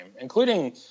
including